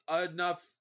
enough